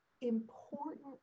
important